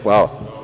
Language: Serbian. Hvala.